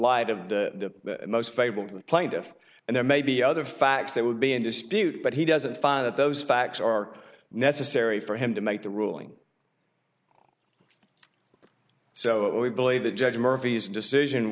plaintiff and there may be other facts that would be in dispute but he doesn't find that those facts are necessary for him to make the ruling so we believe that judge murphy's decision